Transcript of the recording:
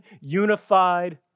unified